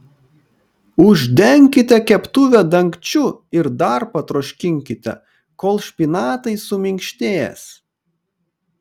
uždenkite keptuvę dangčiu ir dar patroškinkite kol špinatai suminkštės